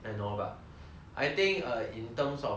I think err in terms of like err